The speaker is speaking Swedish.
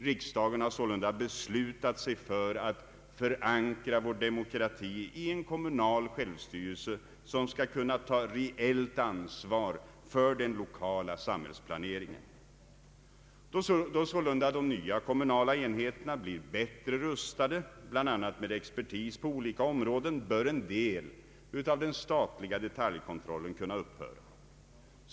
Riksdagen har sålunda beslutat sig för att förankra vår demokrati i en kommunal självstyrelse, som skall kunna ta reellt ansvar för den lokala samhällsplaneringen. Då sålunda de nya kommunala enheterna blir bättre rustade, bl.a. med expertis på olika områden, bör en del av den statliga detaljkontrollen kunna upphöra.